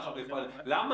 מי